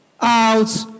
out